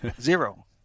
Zero